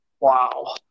Wow